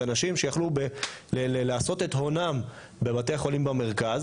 זה אנשים שיכלו לעשות את הונם בבתי חולים במרכז